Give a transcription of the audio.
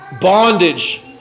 bondage